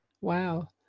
wow